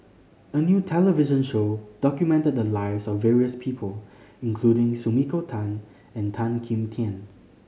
a new television show documented the lives of various people including Sumiko Tan and Tan Kim Tian